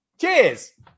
cheers